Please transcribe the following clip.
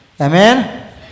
Amen